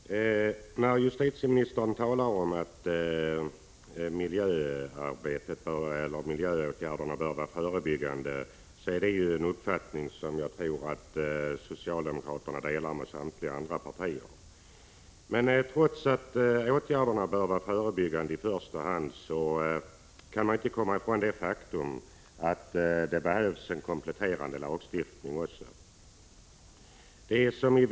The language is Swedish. Herr talman! Justitieministern talar om att miljöarbetet och miljöåtgärderna bör vara förebyggande. Det är en uppfattning som jag tror att socialdemokraterna delar med samtliga andra partier. Men trots att åtgärderna i första hand bör vara förebyggande kan man inte komma ifrån att det behövs en kompletterande lagstiftning.